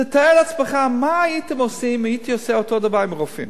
תתאר לעצמך מה הייתם עושים אם הייתי עושה אותו דבר עם רופאים,